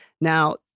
Now